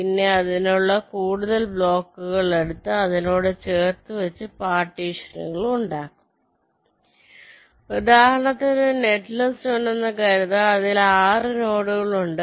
പിന്നീട് അതിനടുത്തുള്ള കൂടുതൽ ബ്ലോക്കുകൾ എടുത്ത് അതിനോട് ചേർത്ത് വച്ച പാർട്ടീഷനുകൾ ഉണ്ടാക്കും ഉദാഹരണത്തിന് ഒരു നെറ്റിലിസ്റ് ഉണ്ടെന്നു കരുതുക അതിൽ 6 നോഡുകൾ ഉണ്ട്